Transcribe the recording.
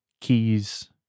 keys